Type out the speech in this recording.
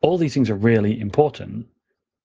all these things are really important